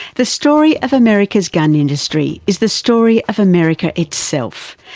the story of america's gun industry is the story of america itself,